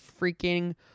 freaking